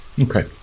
Okay